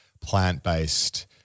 plant-based